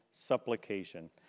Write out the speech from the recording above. supplication